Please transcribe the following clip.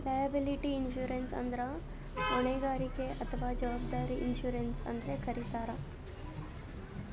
liability insurance ಅಂದ್ರ ಹೊಣೆಗಾರಿಕೆ ಅಥವಾ ಜವಾಬ್ದಾರಿ ಇನ್ಶೂರೆನ್ಸ್ ಅಂತ್ ಕರಿತಾರ್